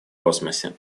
космосе